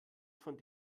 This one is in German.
von